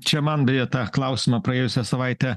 čia man beje tą klausimą praėjusią savaitę